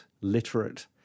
literate